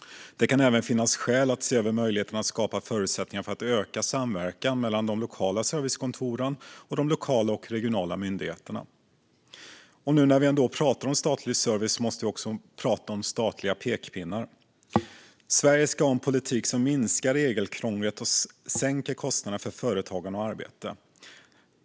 Det kan även finnas skäl att se över möjligheten att skapa förutsättningar för att öka samverkan mellan de lokala servicekontoren och de lokala och regionala myndigheterna. Nu när vi ändå pratar om statlig service måste vi också prata om statliga pekpinnar. Sverige ska ha en politik som minskar regelkrånglet och sänker kostnaderna för företagande och arbete.